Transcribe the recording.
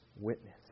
witness